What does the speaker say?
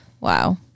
Wow